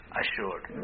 assured